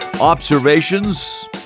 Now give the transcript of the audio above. observations